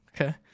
Okay